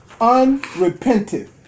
unrepentant